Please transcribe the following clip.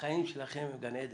החיים שלכם הם גן עדן,